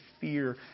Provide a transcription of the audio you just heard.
fear